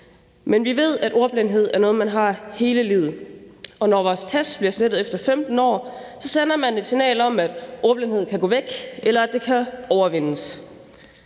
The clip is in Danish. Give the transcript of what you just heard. men vi ved, at ordblindhed er noget, man har hele livet, og når vores test bliver slettet efter 15 år, sender man et signal om, at ordblindhed kan gå væk, eller at det kan overvindes.